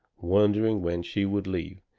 wondering when she would leave,